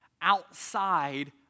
outside